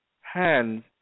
hands